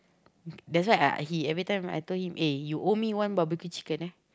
that's why I I he every time I tell him eh you owe me one barbecue chicken eh